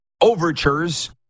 overtures